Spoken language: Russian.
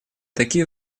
такие